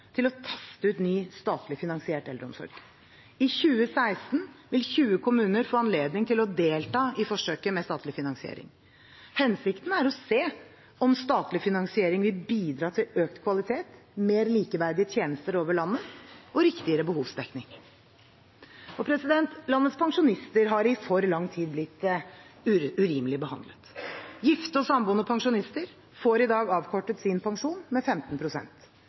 til å teste ut ny statlig finansiert eldreomsorg. I 2016 vil 20 kommuner få anledning til å delta i forsøket med statlig finansiering. Hensikten er å se om statlig finansiering vil bidra til økt kvalitet, mer likeverdige tjenester over hele landet og riktigere behovsdekning. Landets pensjonister har i for lang tid blitt urimelig behandlet. Gifte og samboende pensjonister får i dag avkortet sin pensjon med